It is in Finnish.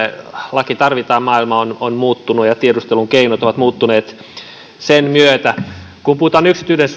laki tarvitaan maailma on on muuttunut ja ja tiedustelun keinot ovat muuttuneet sen myötä kun puhutaan